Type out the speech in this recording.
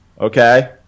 okay